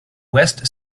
west